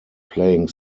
playing